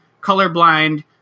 colorblind